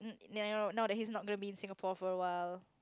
no no no he is not gonna be in Singapore for a while